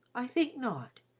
i think not.